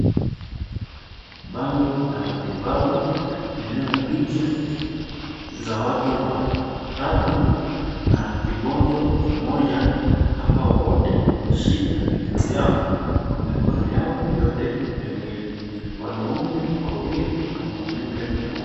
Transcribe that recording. Bango la matibabu lililo na picha za watu watatu na kibonzo kimoja ambao wote wameshika vichwa vyao kwa mikono yao yote miwili. Wanaume wawili na mwanamke mmoja.